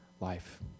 life